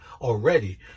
already